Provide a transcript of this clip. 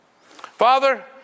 Father